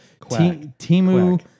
Timu